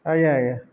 ଆଜ୍ଞା ଆଜ୍ଞା